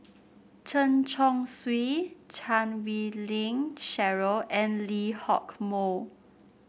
Chen Chong Swee Chan Wei Ling Cheryl and Lee Hock Moh